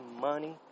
money